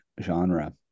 genre